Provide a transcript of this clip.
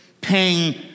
paying